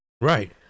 Right